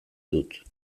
dut